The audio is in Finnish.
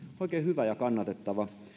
oikein hyvä ja kannatettava